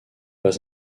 pas